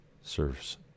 serves